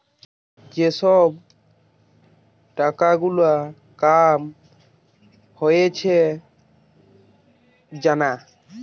যেই সব টাকা গুলার কাম হয়েছে জানা